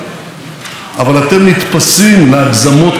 אבל אתם נתפסים להגזמות קיצוניות,